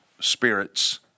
spirits